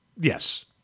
Yes